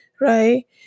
right